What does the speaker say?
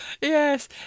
Yes